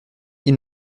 ils